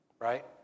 right